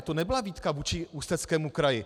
To nebyla výtka vůči Ústeckému kraji.